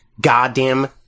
goddamn